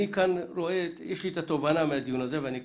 אני רואה, יש לי את התובנה מהדיון הזה ואני קורא: